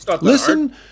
Listen